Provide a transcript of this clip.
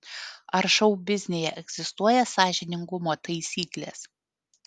ar šou biznyje egzistuoja sąžiningumo taisyklės